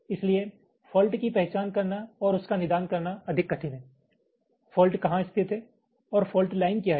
इसलिए फॉल्ट की पहचान करना और उसका निदान करना अधिक कठिन है फॉल्ट कहाँ स्थित है और फॉल्ट लाइन क्या है